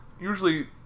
usually